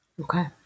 Okay